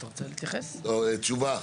תשובה,